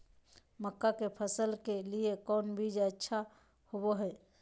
मक्का के फसल के लिए कौन बीज अच्छा होबो हाय?